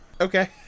Okay